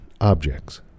objects